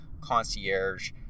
concierge